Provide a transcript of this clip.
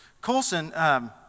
Colson